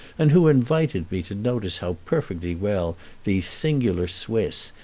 and who invited me to notice how perfectly well these singular swiss,